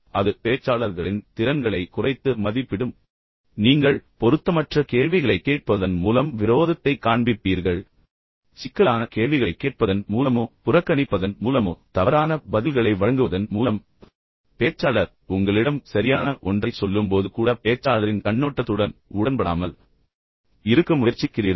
எனவே அது பேச்சாளர்களின் திறன்களை குறைத்து மதிப்பிடும் பின்னர் நீங்கள் எப்போதும் பொருத்தமற்ற கேள்விகளைக் கேட்பதன் மூலம் விரோதத்தைக் காண்பிப்பீர்கள் சிக்கலான கேள்விகளைக் கேட்பதன் மூலமோ அல்லது புறக்கணிப்பதன் மூலமோ தவறான பதில்களை வழங்குவதன் மூலம் பின்னர் பேச்சாளர் உங்களிடம் சரியான ஒன்றைச் சொல்லும்போது கூட பேச்சாளரின் கண்ணோட்டத்துடன் நீங்கள் உடன்படாமல் இருக்க முயற்சிக்கிறீர்கள்